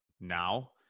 now